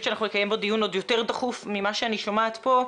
שאנחנו נקיים בו דיון עוד יותר דחוף ממה שאני שומעת פה,